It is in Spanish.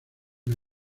una